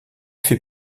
fait